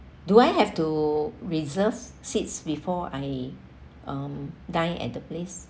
do I have to reserve seats before I um dine at the place